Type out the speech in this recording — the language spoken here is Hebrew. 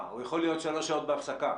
הוא יכול להיות שלוש שעות בהפסקה.